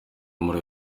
muri